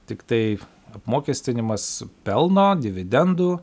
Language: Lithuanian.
tiktai apmokestinimas pelno dividendų